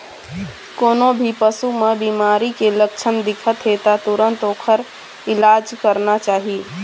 कोनो भी पशु म बिमारी के लक्छन दिखत हे त तुरत ओखर इलाज करना चाही